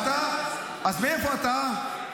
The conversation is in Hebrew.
אז מאיפה אתה?